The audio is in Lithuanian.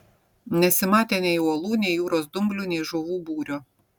nesimatė nei uolų nei jūros dumblių nei žuvų būrio